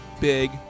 big